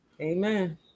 amen